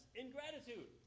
ingratitude